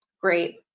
Great